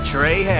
Trey